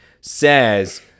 says